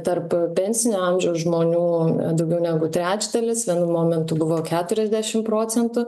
tarp pensinio amžiaus žmonių daugiau negu trečdalis vienu momentu buvo keturiasdešim procentų